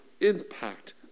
impact